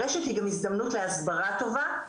הרשת היא גם הזדמנות להסברה טובה,